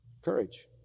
Courage